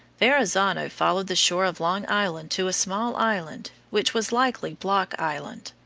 verrazzano followed the shore of long island to a small island, which was likely block island.